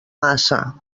massa